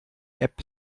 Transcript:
app